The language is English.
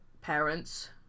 parents